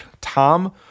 Tom